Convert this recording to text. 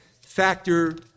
factor